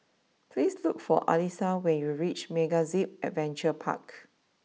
please look for Alisa when you reach MegaZip Adventure Park